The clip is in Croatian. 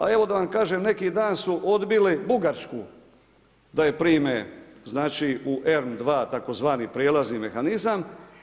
A evo da vam kažem neki dan su odbili Bugarsku da je prime, znači u RN2 tzv. prijelazni mehanizam.